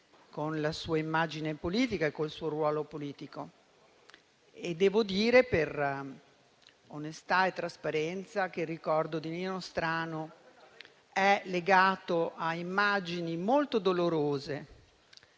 con la sua immagine e col suo ruolo politico. Devo dire, per onestà e trasparenza, che il ricordo di Nino Strano è legato a immagini molto dolorose,